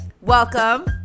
Welcome